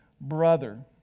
brother